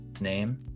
name